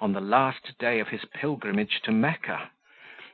on the last day of his pilgrimage to mecca